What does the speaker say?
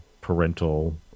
parental